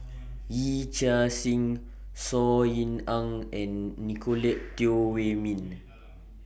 Yee Chia Hsing Saw Ean Ang and Nicolette Teo Wei Min